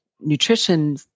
nutrition